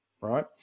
right